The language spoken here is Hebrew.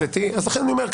לכן אני אומר.